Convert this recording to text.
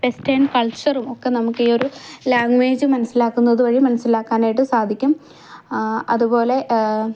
western കൾച്ചറും ഒക്കെ നമുക്ക് ഈയൊരു ലാംഗ്വേജ് മനസിലാക്കുന്നത് വഴി മനസിലാക്കാനായിട്ട് സാധിക്കും അത്പോലെ